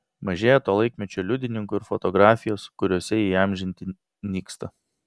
mažėja to laikmečio liudininkų ir fotografijos kuriuose jie įamžinti nyksta